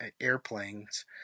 airplanes